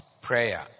prayer